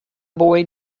boy